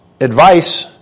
advice